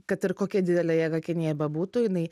kad ir kokia didele jėga kinija bebūtų jinai